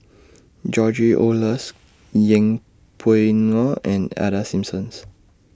George Oehlers Yeng Pway Ngon and Ida Simpsons